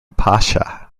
pasha